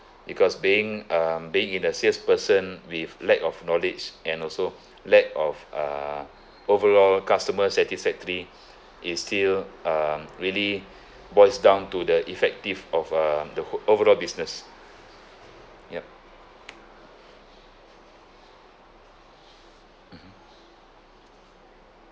because being um being in a salesperson with lack of knowledge and also lack of err overall customer satisfactory is still um really boils down to the effective of uh the o~ overall business yup mm